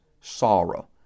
sorrow